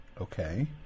Okay